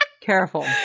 careful